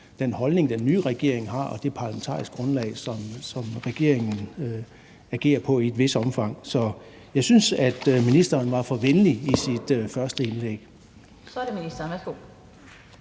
den holdning, den nye regering og det parlamentariske grundlag, som regeringen i et vist omfang regerer på, har. Så jeg synes, at ministeren var for venlig i sit første indlæg. Kl. 16:32 Den fg.